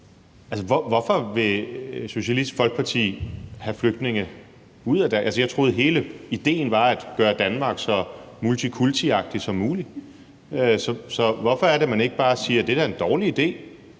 Hvorfor vil Socialistisk Folkeparti have flygtninge ud af landet? Jeg troede, at hele idéen var at gøre Danmark så multikultiagtigt som muligt. Så hvorfor er det, at man ikke bare siger, at det da er en dårlig idé?